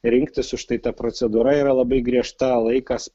rinktis už tai ta procedūra yra labai griežta laikas